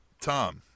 Tom